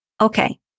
Okay